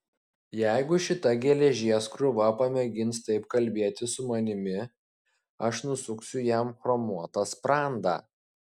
jeigu šita geležies krūva pamėgins taip kalbėti su manimi aš nusuksiu jam chromuotą sprandą